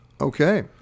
Okay